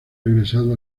regresado